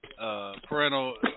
parental